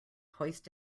hoist